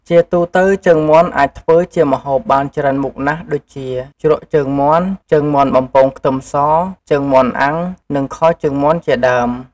ជាទូទៅជើងមាន់អាចធ្វើជាម្ហូបបានច្រើនមុខណាស់ដូចជា ជ្រក់ជើងមាន់ ជើងមាន់បំពងខ្ទឹមស ជើងមាន់អាំង និងខជើងមាន់ជាដើម។